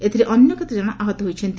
ଏଥିରେ ଅନ୍ୟ କେତେ ଜଣ ଆହତ ହୋଇଛନ୍ତି